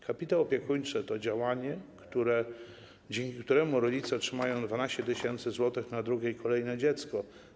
Kapitał opiekuńczy jest działaniem, dzięki któremu rodzice otrzymają 12 tys. zł na drugie i kolejne dziecko.